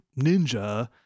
Ninja